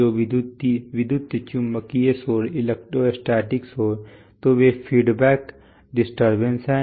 तो विद्युत चुम्बकीय शोर इलेक्ट्रोस्टैटिक शोर तो वे फीडबैक डिस्टरबेंस हैं